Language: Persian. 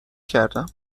کردم